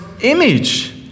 image